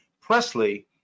Presley